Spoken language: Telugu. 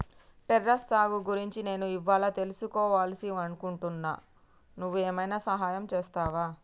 టెర్రస్ సాగు గురించి నేను ఇవ్వాళా తెలుసుకివాలని అనుకుంటున్నా నువ్వు ఏమైనా సహాయం చేస్తావా